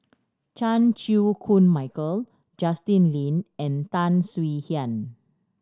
Chan Chew Koon Michael Justin Lean and Tan Swie Hian